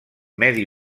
medi